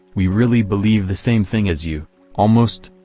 we really believe the same thing as you almost.